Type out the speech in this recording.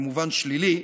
במובן שלילי,